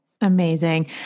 Amazing